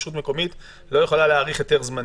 רשות מקומית לא יכולה להאריך היתר זמני?